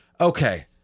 okay